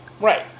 Right